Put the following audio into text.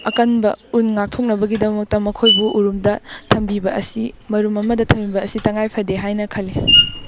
ꯑꯀꯟꯕ ꯎꯟ ꯉꯥꯛꯊꯣꯛꯅꯕꯒꯤꯗꯃꯛꯇ ꯃꯈꯣꯏꯕꯨ ꯎꯔꯨꯝꯗ ꯊꯝꯕꯤꯕ ꯑꯁꯤ ꯃꯔꯨꯝ ꯑꯃꯗ ꯊꯝꯕꯤꯕ ꯑꯁꯤ ꯇꯉꯥꯏꯐꯗꯦ ꯍꯥꯏꯅ ꯈꯜꯂꯤ